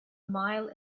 mile